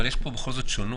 אבל יש פה בכל זאת שונות.